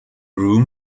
room